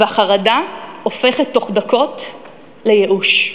והחרדה הופכת תוך דקות לייאוש.